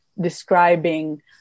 describing